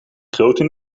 grote